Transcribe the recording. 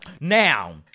Now